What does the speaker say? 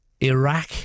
Iraq